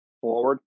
forward